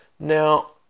Now